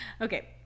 Okay